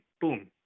Boom